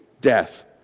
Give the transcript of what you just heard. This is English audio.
death